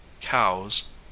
cows